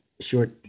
Short